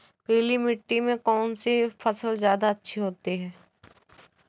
पीली मिट्टी में कौन सी फसल ज्यादा अच्छी होती है?